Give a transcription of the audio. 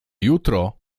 jutro